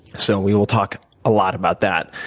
so we will talk a lot about that.